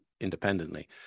independently